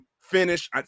finish